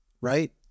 right